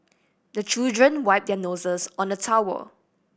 the children wipe their noses on the towel